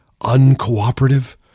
Uncooperative